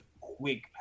quick